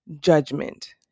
judgment